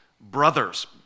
brothers